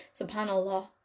SubhanAllah